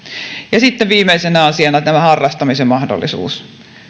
sitten viimeisenä asiana tämä harrastamisen mahdollisuus